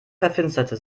verfinsterte